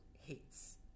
hates